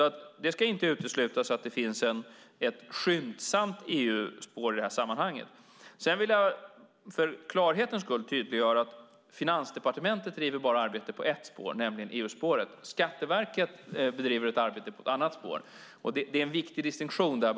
Det ska inte uteslutas att det finns ett skyndsamt EU-spår i det här sammanhanget. Sedan vill jag för klarhetens skull tydliggöra att Finansdepartementet driver arbete bara på ett spår, nämligen EU-spåret. Skatteverket driver ett arbete på ett annat spår. Det är en viktig distinktion där.